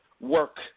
work